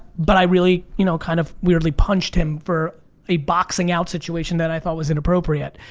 but i really you know kind of, weirdly punched him for a boxing out situation that i thought was inappropriate.